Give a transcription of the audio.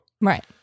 Right